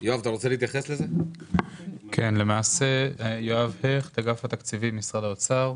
אני מאגף התקציבים במשרד האוצר.